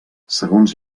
segons